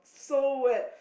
so wet